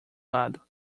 lado